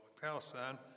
Palestine